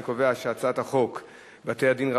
אני קובע שהצעת חוק בתי-דין רבניים,